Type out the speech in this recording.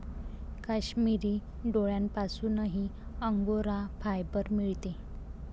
काश्मिरी शेळ्यांपासूनही Angora fibre मिळते